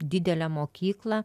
didelę mokyklą